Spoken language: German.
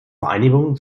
vereinigung